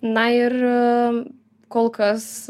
na ir kolkas